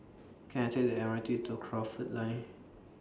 Can I Take The M R T to Crawford Lane